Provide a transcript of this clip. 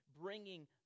bringing